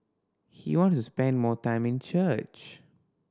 he wants to spend more time in church